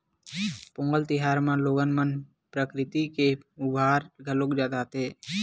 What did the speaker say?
पोंगल तिहार म लोगन मन प्रकरिति के अभार घलोक जताथे